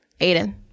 Aiden